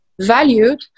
valued